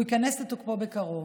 והוא ייכנס לתוקפו בקרוב.